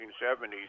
1970s